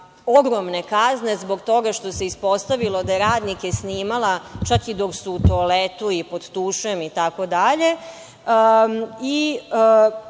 ogromne kazne zbog toga što se ispostavilo da je radnike snimala čak i dok su u toaletu i pod tušem, itd.